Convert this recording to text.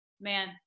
man